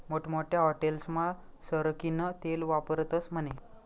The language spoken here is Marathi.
मोठमोठ्या हाटेलस्मा सरकीनं तेल वापरतस म्हने